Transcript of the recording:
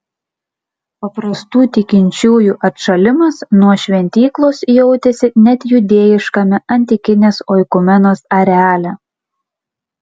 paprastų tikinčiųjų atšalimas nuo šventyklos jautėsi net judėjiškame antikinės oikumenos areale